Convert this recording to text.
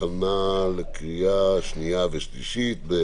הכנה לקריאה שנייה ושלישית.